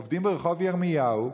עובדים ברחוב ירמיהו,